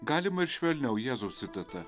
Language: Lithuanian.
galima ir švelniau jėzaus citata